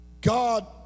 god